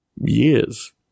years